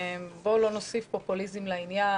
בואו לא נוסיף פופוליזם לעניין,